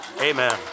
Amen